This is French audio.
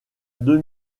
deux